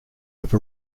have